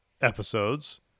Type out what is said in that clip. episodes